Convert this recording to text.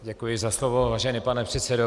Děkuji za slovo, vážený pane předsedo.